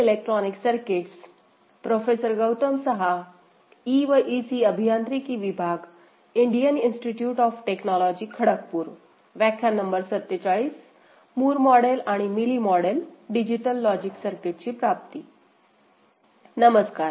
नमस्कार